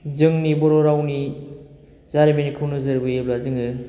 जोंनि बर' रावनि जारिमिनखौ नोजोर बोयोब्ला जोङो